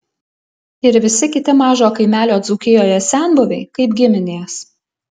ir visi kiti mažo kaimelio dzūkijoje senbuviai kaip giminės